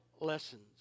lessons